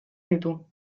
ditu